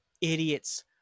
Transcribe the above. idiots